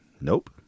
nope